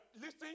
Listen